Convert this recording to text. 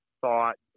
thought